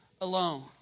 alone